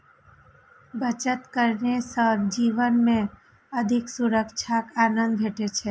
बचत करने सं जीवन मे अधिक सुरक्षाक आनंद भेटै छै